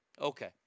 okay